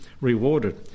rewarded